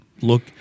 look